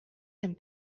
and